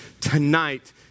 tonight